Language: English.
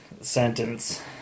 sentence